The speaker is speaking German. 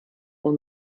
uns